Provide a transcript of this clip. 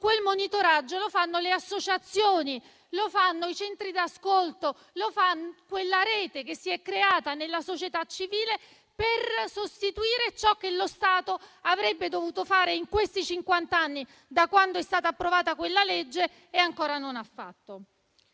quel monitoraggio lo fanno le associazioni, i centri d'ascolto e quella rete che si è creata nella società civile per sostituire ciò che lo Stato avrebbe dovuto fare in questi cinquant'anni, da quando è stata approvata quella legge, e ancora non ha fatto.